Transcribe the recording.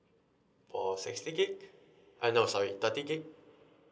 for sixty gigabyte uh no sorry thirty gigabyte